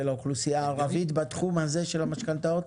האוכלוסיה הערבית בתחום הזה של המשכנתאות?